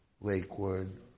Lakewood